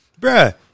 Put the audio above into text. Bruh